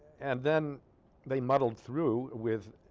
and then they muddled through with